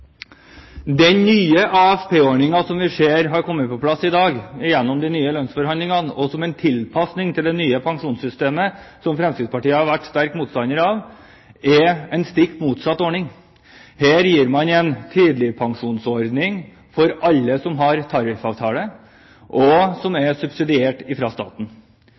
Den nye AFP-ordningen, som vi ser har kommet på plass i dag gjennom de nye lønnsforhandlingene og som en tilpasning til det nye pensjonssystemet – som Fremskrittspartiet har vært en sterk motstander av – er en stikk motsatt ordning. Her gir man alle som har tariffavtale, en tidligpensjonsordning som er subsidiert av staten.